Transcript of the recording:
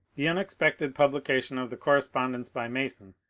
the unexpected publication of the correspondence by ma son,